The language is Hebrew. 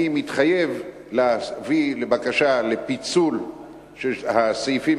אני מתחייב להביא בקשה לפיצול הסעיפים